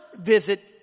visit